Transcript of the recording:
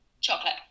Chocolate